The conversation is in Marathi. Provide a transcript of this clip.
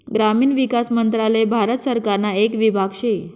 ग्रामीण विकास मंत्रालय भारत सरकारना येक विभाग शे